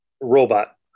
robot